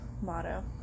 motto